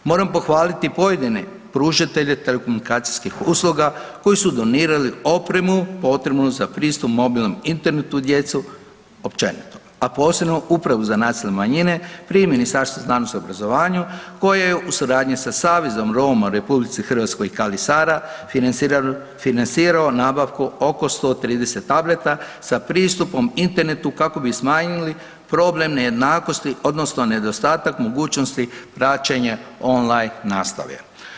Moram pohvaliti pojedine pružatelje telekomunikacijskih usluga koji su donirali opremu potrebnu za pristup mobilnom internetu djeci općenito, a posebno upravo za nacionalne manje pri Ministarstvu znanosti i obrazovanja koje je u suradnji sa Savezom Roma u RH „KALI SARA“ financirao nabavku oko 130 tableta sa pristupom internetu kako bi smanjili problem nejednakosti odnosno nedostatak mogućnosti praćenja online nastave.